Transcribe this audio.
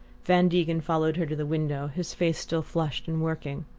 van degen followed her to the window, his face still flushed and working.